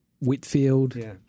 Whitfield